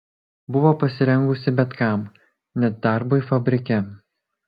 buvo pasirengusi bet kam net darbui fabrike